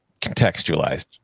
contextualized